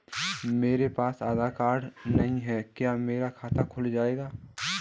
मेरे पास आधार कार्ड नहीं है क्या मेरा खाता खुल जाएगा?